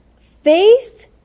faith